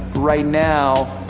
right now,